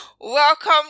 welcome